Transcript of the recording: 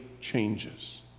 changes